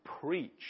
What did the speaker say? preach